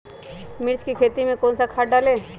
मिर्च की खेती में कौन सा खाद डालें?